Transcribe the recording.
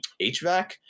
HVAC